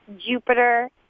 Jupiter